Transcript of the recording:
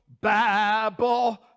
babble